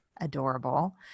adorable